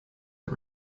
are